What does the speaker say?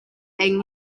yng